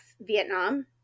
vietnam